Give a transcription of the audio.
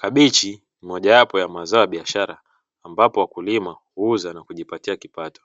Kabichi, mojawapo ya mazao ya biashara ambapo wakulima huuza na kujipatia kipato.